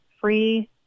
free